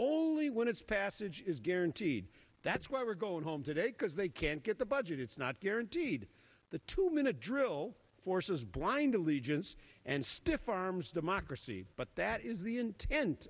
the when its passage is guaranteed that's why we're going home today cause they can't get the budget it's not guaranteed the two minute drill forces blind allegiance and stiff arms democracy but that is the intent